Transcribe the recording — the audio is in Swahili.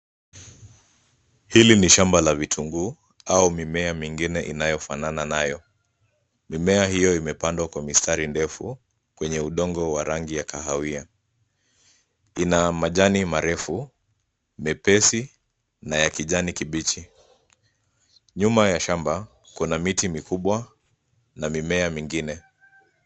Hili ni ahamba la vitunguu au mimea mingine inayofanana nayo. Mimea hiyo imepandwa kwa mistari ndefu kwenye udongo wa rangi ya kahawia. Ina majani marefu, mepesi na ya kijani kibichi. Nyuma ya shamba kuna miti mikubwa na mimea mingine.